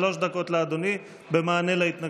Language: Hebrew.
שלוש דקות לאדוני במענה להתנגדות.